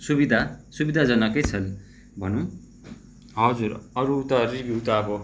सुविधा सुविधाजनकै छ भनौँ हजुर अरू त रिभ्यू त अब